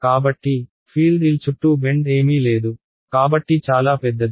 కాబట్టి field L చుట్టూ bend ఏమీ లేదు కాబట్టి చాలా పెద్దది